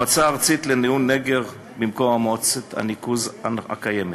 מועצה ארצית לניהול נגר במקום מועצת הניקוז הקיימת,